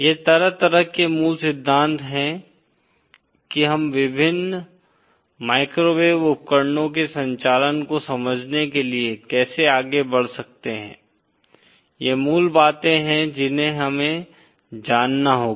ये तरह तरह के मूल सिद्धांत हैं कि हम विभिन्न माइक्रोवेव उपकरणों के संचालन को समझने के लिए कैसे आगे बढ़ सकते हैं ये मूल बातें हैं जिन्हें हमें जानना होगा